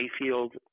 Mayfield